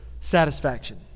satisfaction